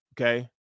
Okay